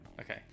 Okay